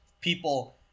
people